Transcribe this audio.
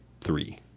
three